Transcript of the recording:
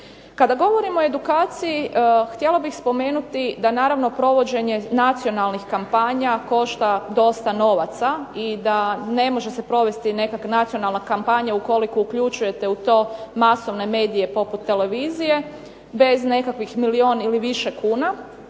Kada govorimo o edukaciji htjela bih spomenuti da naravno provođenje nacionalnih kampanja košta dosta novaca i da ne može se provesti neka nacionalna kampanja ukoliko uključujete u to masovne medije poput televizije bez nekakvih milijun ili više kuna.